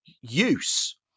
use